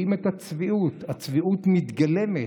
רואים את הצביעות, הצביעות מתגלמת.